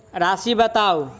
राशि बताउ